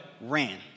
ran